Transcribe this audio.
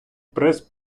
прес